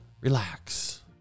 relax